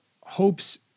hopes